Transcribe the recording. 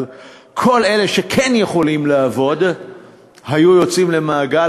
אבל כל אלה שכן יכולים לעבוד היו יוצאים למעגל